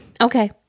Okay